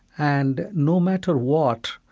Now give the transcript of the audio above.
and no matter what,